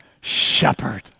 shepherd